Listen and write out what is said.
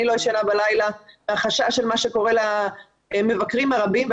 אני לא ישנה בלילה מהחשש של מה שקורה למבקרים הרבים,